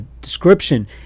description